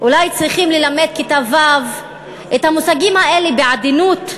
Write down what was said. אולי צריכים ללמד בכיתה ו' את המושגים האלה בעדינות,